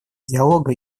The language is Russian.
диалога